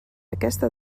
aquesta